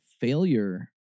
failure